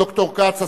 ד"ר כ"ץ,